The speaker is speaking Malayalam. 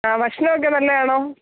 ഭക്ഷണമൊക്കെ നല്ലതാണോ